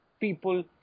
people